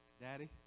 Daddy